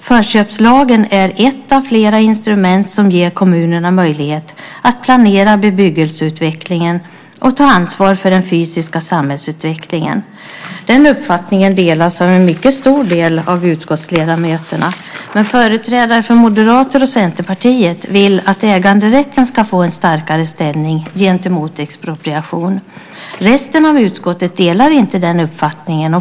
Förköpslagen är ett av flera instrument som ger kommunerna möjlighet att planera bebyggelseutvecklingen och ta ansvar för den fysiska samhällsutvecklingen. Den uppfattningen delas av en mycket stor del av utskottsledamöterna. Men företrädare för Moderaterna och Centerpartiet vill att äganderätten ska få en starkare ställning gentemot expropriation. Resten av utskottet delar inte den uppfattningen.